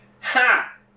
ha